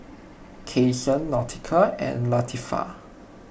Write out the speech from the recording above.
Cason Nautica and Latifah